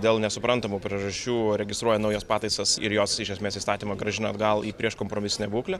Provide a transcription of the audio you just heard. dėl nesuprantamų priežasčių registruoja naujas pataisas ir jos iš esmės įstatymą grąžina atgal į prieš kompromisinę būklę